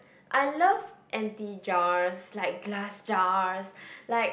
I love empty jars like glass jars like